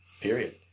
period